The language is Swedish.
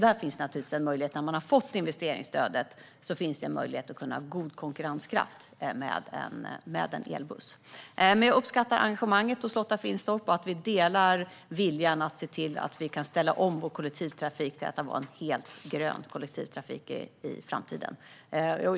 När man har fått investeringsstödet finns det alltså en möjlighet till god konkurrenskraft med en elbuss. Jag uppskattar engagemanget hos Lotta Finstorp, och jag uppskattar att vi delar viljan att se till att vi kan ställa om vår kollektivtrafik till att bli helt grön i framtiden.